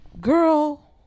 girl